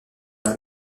dans